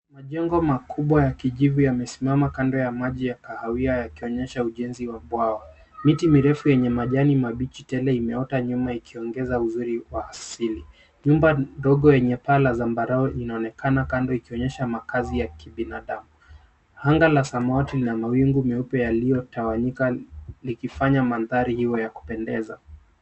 Majengo makubwa ya kijivu yamesimama kando ya maji ya kahawia, yakionyesha ujenzi wa bwawa. Miti mirefu yenye majani mabichi tele imeota nyuma, ikiongeza uzuri wa asili. Nyumba ndogo yenye paa la zambarau inaonekana kando, ikionyesha makazi ya kibinadamu. Anga la samawati lina mawingu meupe yaliyotawanyika, likifanya mandhari iwe ya kupendeza.